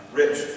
rich